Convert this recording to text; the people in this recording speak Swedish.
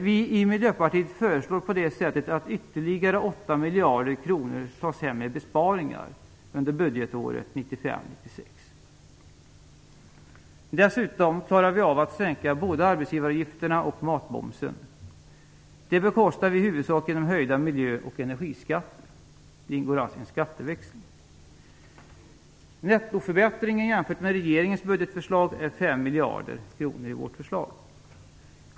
Vi i Miljöpartiet föreslår på det sättet att ytterligare 8 miljarder kronor tas hem i besparingar under budgetåret 1995/96. Dessutom klarar vi av att sänka både arbetsgivaravgifterna och matmomsen. Det bekostar vi i huvudsak genom höjda miljö och energiskatter. Det ingår alltså i en skatteväxling. Nettoförbättringen jämfört med regeringens budgetförslag är 5 miljarder kronor i vårt förslag.